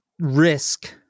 risk